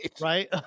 Right